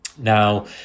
Now